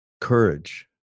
courage